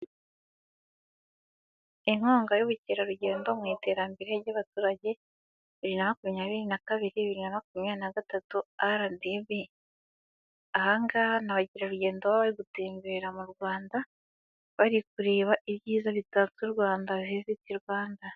Inkunga y'ubukerarugendo mu iterambere ry'abaturage mu bihimbi bibiri na makumyabiri, mu bihumbi bibiri n'amakumyabiri na gatatu RDB. Ahangaha ni abakerarugendo baba bari gutembera mu Rwanda bari kureba ibyiza bitatse u Rwanda henshi mu Rwanda.